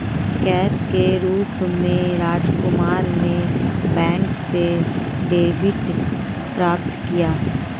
cash के रूप में राजकुमार ने बैंक से डेबिट प्राप्त किया